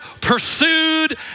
pursued